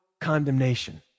condemnation